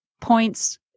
points